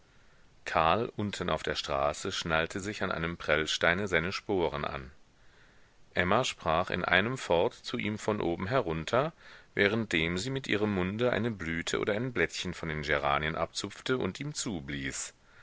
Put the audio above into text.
karl unten auf der straße schnallte sich an einem prellsteine seine sporen an emma sprach in einem fort zu ihm von oben herunter währenddem sie mit ihrem munde eine blüte oder ein blättchen von den geranien abzupfte und ihm zublies